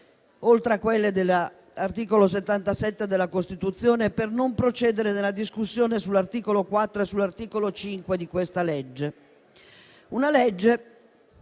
oltre a quella dell'articolo 77 della Costituzione, per non procedere nella discussione sugli articoli 4 e 5 di questa legge.